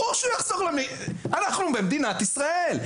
ברור שהוא יחזור, אנחנו במדינת ישראל.